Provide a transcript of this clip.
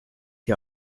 die